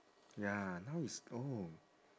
ya now he's old